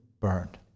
burned